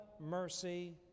mercy